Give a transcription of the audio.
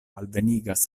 alvenigas